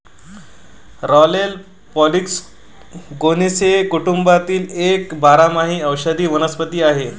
sorrel Polygonaceae कुटुंबातील एक बारमाही औषधी वनस्पती आहे